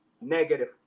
negative